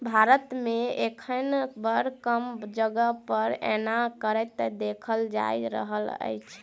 भारत मे एखन बड़ कम जगह पर एना करैत देखल जा रहल अछि